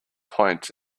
point